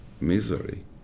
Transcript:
misery